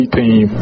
team